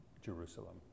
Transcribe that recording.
Jerusalem